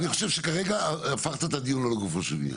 אני חושב שכרגע הפכת את הדיון לא לגופו של עניין.